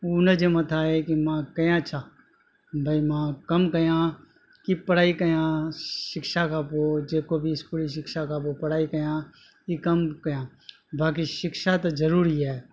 हुनजे मथां आहे कि मां कयां छा भई मां कमु कयां कि पढ़ाई कयां शिक्षा खां पोइ जे को बि इस्कूल जी शिक्षा खां पोइ पढ़ाई कया ई कमु कयां बाक़ी शिक्षा त ज़रूरी आहे